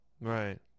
Right